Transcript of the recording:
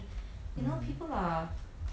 mm